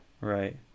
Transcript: Right